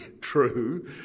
true